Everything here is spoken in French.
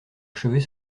achever